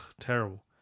terrible